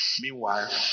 Meanwhile